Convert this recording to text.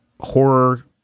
horror